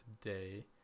day